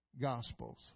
Gospels